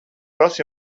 kas